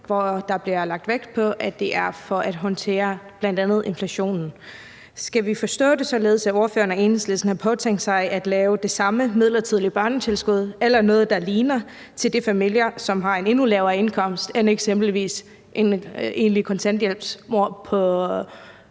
og der bliver lagt vægt på, at det er for at håndtere bl.a. inflationen. Skal vi forstå det således, at ordføreren og Enhedslisten har påtænkt at lave det samme midlertidige børnetilskud eller noget, der ligner, til de familier, som har en endnu lavere indkomst end eksempelvis en enlig kontanthjælpsmor,